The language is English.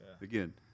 Again